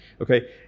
Okay